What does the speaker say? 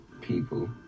people